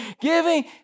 giving